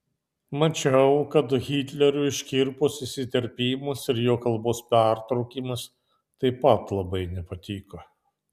mačiau kad hitleriui škirpos įsiterpimas ir jo kalbos pertraukimas taip pat labai nepatiko